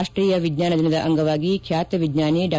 ರಾಷ್ಟೀಯ ವಿಜ್ಞಾನ ದಿನದ ಅಂಗವಾಗಿ ಖ್ಯಾತ ವಿಜ್ಞಾನಿ ಡಾ